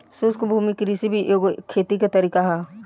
शुष्क भूमि कृषि भी एगो खेती के तरीका ह